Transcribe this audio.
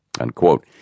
Unquote